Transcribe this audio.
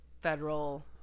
federal